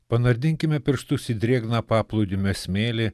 panardinkime pirštus į drėgną paplūdimio smėlį